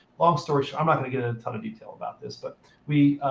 long story short i'm not going to get a ton of detail about this, but we,